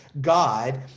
god